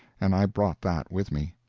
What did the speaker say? and i brought that with me.